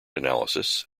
analysis